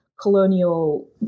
colonial